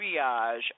triage